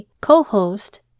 co-host